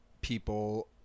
people